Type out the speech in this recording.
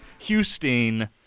Hustine